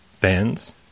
fans